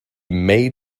may